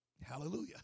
Hallelujah